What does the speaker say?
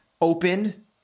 open